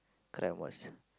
crime watch